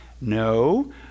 no